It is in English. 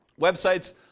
websites